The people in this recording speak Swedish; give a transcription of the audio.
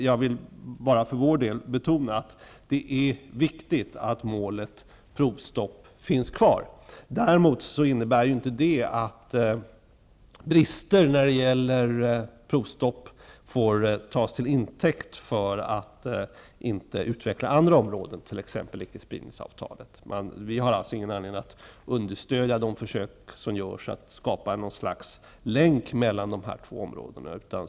Jag vill för vår del betona att det är viktigt att målet provstopp finns kvar. Brister när det gäller provstopp får inte tas till intäkt för att inte utveckla andra områden, t.ex. icke-spridningsavtalet. Vi har ingen anledning att understödja de försök som görs att skapa något slags länk mellan de två områdena.